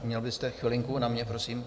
Měl byste chvilinku na mě, prosím?